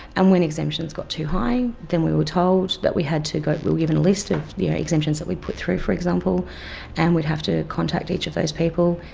and when exemptions got too high then we were told that we had to go, we were given a list of the exemptions that we put through for example and we'd have to contact each of those people,